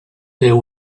there